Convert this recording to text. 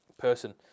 person